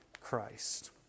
Christ